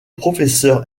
professeur